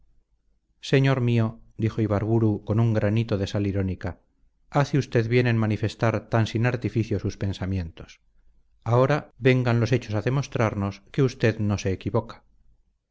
señor mío dijo ibarburu con un granito de sal irónica hace usted bien en manifestar tan sin artificio sus pensamientos ahora vengan los hechos a demostramos que usted no se equivoca